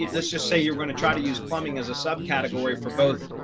let's just say you're going to try to use plumbing as a subcategory for both.